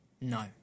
No